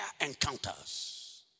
encounters